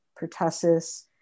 pertussis